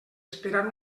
esperar